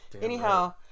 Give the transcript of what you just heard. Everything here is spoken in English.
anyhow